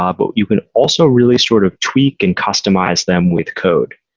ah but you can also really sort of tweak and customize them with code.